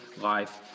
life